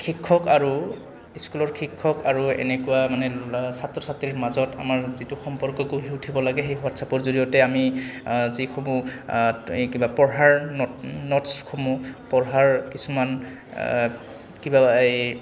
শিক্ষক আৰু স্কুলৰ শিক্ষক আৰু এনেকুৱা মানে ল' ছাত্ৰ ছাত্ৰীৰ মাজত আমাৰ যিটো সম্পৰ্ক গঢ়ি উঠিব লাগে সেই হোৱাটছএপৰ জৰিয়তে আমি যিসমূহ আমি কিবা পঢ়াৰ নট নোটছসমূহ পঢ়াৰ কিছুমান কিবা এই